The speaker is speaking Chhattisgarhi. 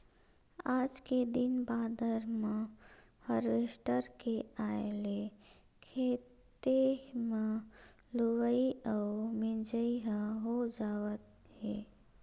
आज के दिन बादर म हारवेस्टर के आए ले खेते म लुवई अउ मिजई ह हो जावत हे